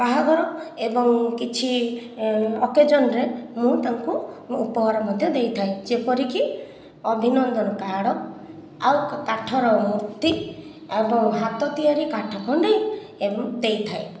ବିବାହାଘର ଏବଂ କିଛି ଅକେଜନ ରେ ମୁଁ ତାଙ୍କୁ ମୁଁ ଉପହାର ମଧ୍ୟ ଦେଇଥାଏ ଯେପରିକି ଅଭିନନ୍ଦନ କାର୍ଡ଼ ଆଉ କାଠର ମୂର୍ତ୍ତି ଏବଂ ହାତ ତିଆରି କାଠ କଣ୍ଢେଇ ଏମିତି ଦେଇଥାଏ